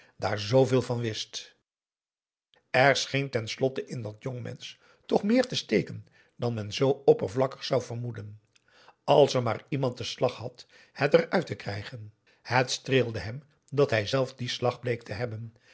daar zooveel van wist er scheen ten slotte in dat jongmensch toch meer te steken dan men zoo oppervlakkig zou vermoeden als er maar iemand den slag had het eruit te krijgen het streelde hem dat hijzelf dien slag bleek te hebben